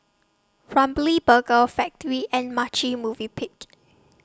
Ramly Burger Factorie and Marche Movenpick